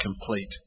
complete